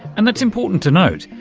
and that's important to note,